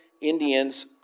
Indian's